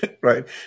right